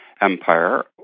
Empire